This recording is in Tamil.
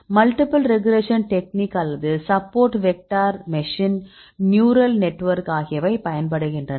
மல்டிபிள் ரெக்ரேஷன் டெக்னிக் அல்லது support vector machine neural network ஆகியவை பயன்படுகின்றன